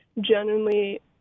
genuinely